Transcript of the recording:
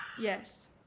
Yes